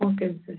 okay miss